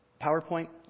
PowerPoint